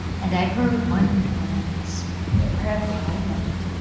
and i heard wondering and whispering wherever i went.